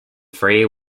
three